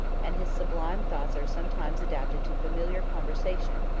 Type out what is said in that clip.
and his sublime thoughts are sometimes adapted to familiar conversation,